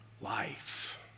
life